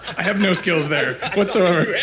have no skills there whatsoever.